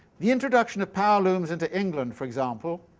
the introduction of power-looms into england, for example,